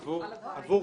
לא.